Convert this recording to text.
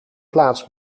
plaats